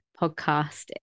podcast